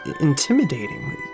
intimidating